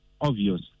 obvious